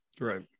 Right